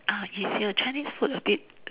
is your Chinese food a bit